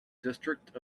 district